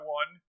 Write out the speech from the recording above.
one